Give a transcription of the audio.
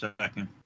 second